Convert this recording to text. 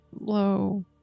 low